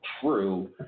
true